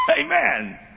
Amen